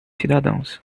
cidadãos